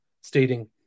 stating